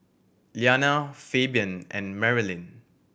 Liana Fabian and Marilyn